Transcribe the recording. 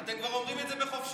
אתם כבר אומרים את זה בחופשיות.